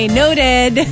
noted